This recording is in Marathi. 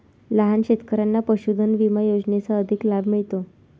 लहान शेतकऱ्यांना पशुधन विमा योजनेचा अधिक लाभ मिळतो